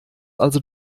also